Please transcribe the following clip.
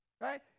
Right